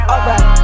Alright